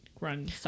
run